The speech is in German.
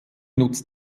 nutzt